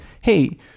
hey